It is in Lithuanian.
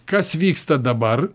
kas vyksta dabar